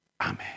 Amen